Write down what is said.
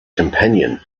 companion